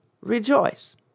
rejoice